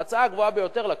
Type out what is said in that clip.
ההצעה הגבוהה ביותר לקחה.